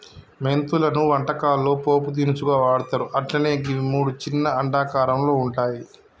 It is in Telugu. మెంతులను వంటకాల్లో పోపు దినుసుగా వాడ్తర్ అట్లనే గివి మూడు చిన్న అండాకారంలో వుంటయి